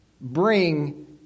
bring